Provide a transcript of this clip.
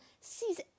sees